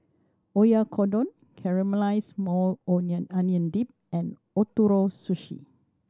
Oyakodon Caramelized Maui Onion Dip and Ootoro Sushi